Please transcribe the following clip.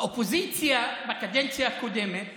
האופוזיציה בקדנציה הקודמת